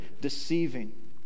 deceiving